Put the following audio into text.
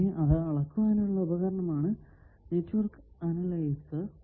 പിന്നെ അത് അളക്കുവാനുള്ള ഉപകരണമാണ് നെറ്റ്വർക്ക് അനലൈസർ